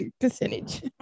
percentage